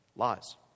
Lies